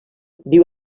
viu